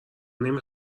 نمی